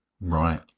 Right